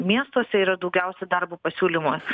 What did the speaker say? miestuose yra daugiausia darbo pasiūlymas